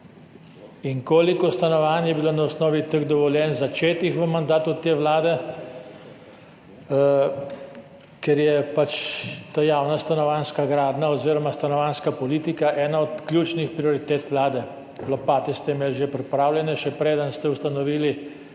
In koliko stanovanj je bilo na osnovi teh dovoljenj začetih v mandatu te vlade? Ker je ta javna stanovanjska gradnja oziroma stanovanjska politika ena od ključnih prioritet vlade. Lopate ste imeli že pripravljene, še preden ste ustanovili